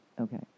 Okay